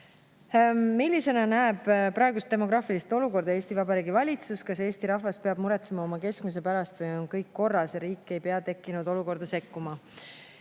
luua."Millisena näeb praegust demograafilist olukorda Eesti Vabariigi valitsus? Kas Eestimaa rahvas peab muretsema oma kestmise pärast või on kõik korras ja riik ei pea tekkinud olukorda sekkuma?"